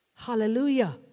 Hallelujah